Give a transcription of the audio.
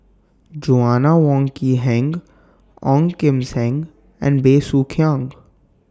Joanna Wong Quee Heng Ong Kim Seng and Bey Soo Khiang